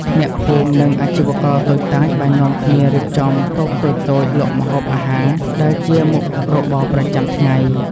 អ្នកភូមិ និងអាជីវករតូចតាចបាននាំគ្នារៀបចំតូបតូចៗលក់ម្ហូបអាហារដែលជាមុខរបរប្រចាំថ្ងៃ។